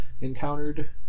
encountered